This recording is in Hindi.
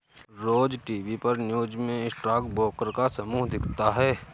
रोज टीवी पर न्यूज़ में स्टॉक ब्रोकर का समूह दिखता है